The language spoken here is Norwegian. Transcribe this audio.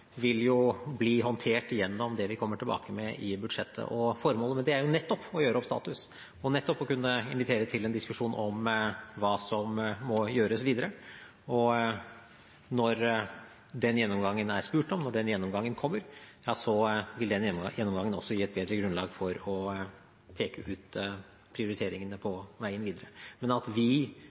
vil jo forslaget fra flere, deriblant Aukrust, om en gjennomgang bli håndtert gjennom det vi kommer tilbake med i budsjettet. Formålet med det er jo nettopp å gjøre opp status og nettopp å kunne invitere til en diskusjon om hva som må gjøres videre. Når den gjennomgangen det er spurt om, kommer, vil gjennomgangen også gi et bedre grunnlag for å peke ut prioriteringene på veien videre. Men at vi